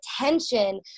attention